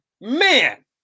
man